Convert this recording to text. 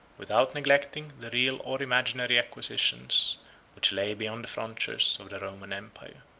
without neglecting the real or imaginary acquisitions which lay beyond the frontiers of the roman empire.